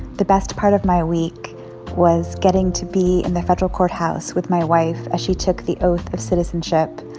the best part of my week was getting to be in the federal courthouse with my wife as she took the oath of citizenship.